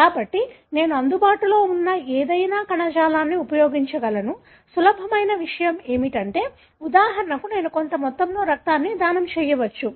కాబట్టి నేను అందుబాటులో ఉన్న ఏదైనా కణజాలాన్ని ఉపయోగించగలను సులభమయిన విషయం ఏమిటంటే ఉదాహరణకు నేను కొంత మొత్తంలో రక్తాన్ని దానం చేయవచ్చు